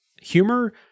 humor